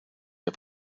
der